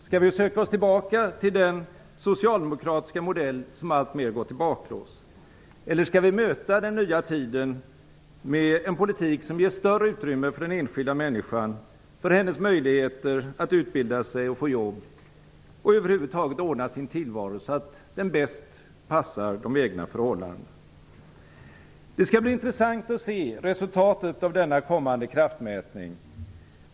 Skall vi söka oss tillbaka till den socialdemokratiska modell som alltmer gått i baklås eller skall vi möta den nya tiden med en politik som ger större utrymme för den enskilda människan, för hennes möjligheter att utbilda sig, få jobb och över huvud taget ordna sin tillvaro så att den bäst passar de egna förhållandena? Det skall bli intressant att se resultatet av denna kommande kraftmätning.